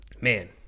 man